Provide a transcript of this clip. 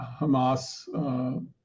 Hamas